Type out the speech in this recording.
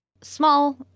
small